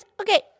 okay